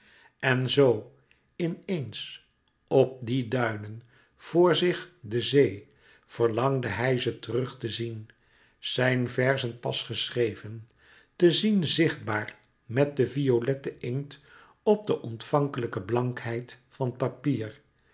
en zoo in eens p die duinen voor zich de zee verlangde hij ze terug te zien zijn verzen pas geschreven te zien zichtbaar met de violette inkt op de ontvankelijke blankheid van papier